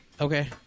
Okay